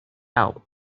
out